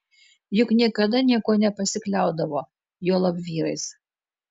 juk niekada niekuo nepasikliaudavo juolab vyrais